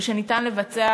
ושניתן לבצע